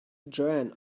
joanne